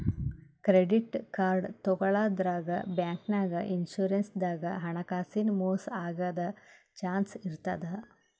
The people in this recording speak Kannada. ಕ್ರೆಡಿಟ್ ಕಾರ್ಡ್ ತಗೋಳಾದ್ರಾಗ್, ಬ್ಯಾಂಕ್ನಾಗ್, ಇನ್ಶೂರೆನ್ಸ್ ದಾಗ್ ಹಣಕಾಸಿನ್ ಮೋಸ್ ಆಗದ್ ಚಾನ್ಸ್ ಇರ್ತದ್